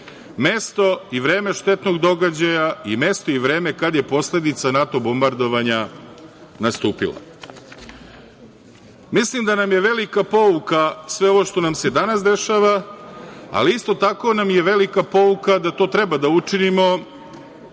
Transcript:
mesto i vreme štetnog događaja i mesto i vreme kad je posledica NATO bombardovanja nastupila. Mislim da nam je velika pouka sve ovo što nam se danas dešava, ali isto tako nam je velika pouka da to treba da učinimo,